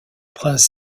prince